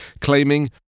claiming